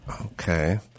Okay